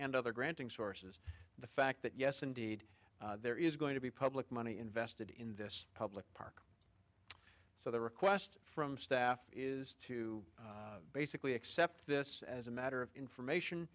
and other granting sources the fact that yes indeed there is going to be public money invested in this public park so the request from staff is to basically accept this as a matter of information